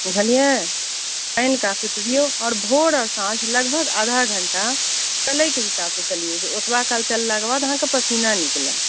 बुझलिए पानि काफी पिबिऔ आओर भोर आओर साँझ लगभग आधा घण्टा चलैके हिसाबसँ चलिऔ जे ओतबा काल चललाक बाद अहाँके पसीना निकलै